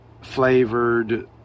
flavored